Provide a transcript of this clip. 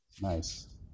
Nice